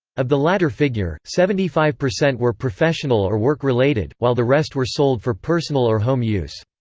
of the latter figure, seventy five percent were professional or work related, while the rest were sold for personal or home use.